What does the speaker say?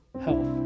health